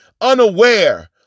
unaware